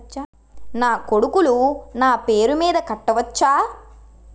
నా కొడుకులు నా పేరి మీద కట్ట వచ్చా?